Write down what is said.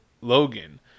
Logan